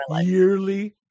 yearly